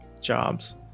jobs